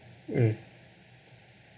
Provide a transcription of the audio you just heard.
mm